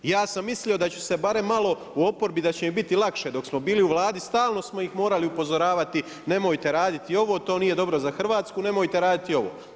Ja sam mislimo da ću se barem malo, u oporbi da će nam biti lakše dok smo bili u Vladi, stalno smo ih morali upozoravati nemojte raditi ovo, to nije dobro za Hrvatsku, nemojte raditi ovo.